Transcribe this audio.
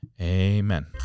Amen